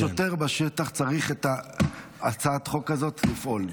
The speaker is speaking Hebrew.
השוטר בשטח צריך את הצעת החוק הזאת לפעול.